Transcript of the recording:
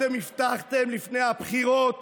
אתם הבטחתם לפני הבחירות